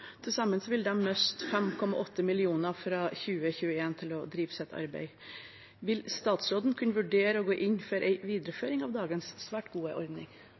til sammen mister disse 5,8 millioner kroner fra 2021. Vil statsråden vurdere å gå inn for en videreføring av dagens svært gode ordning?»